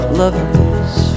lover's